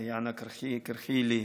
דיאנה קרכילי,